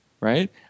right